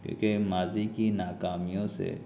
کیوں کہ ماضی کی ناکامیوں سے